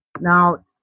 Now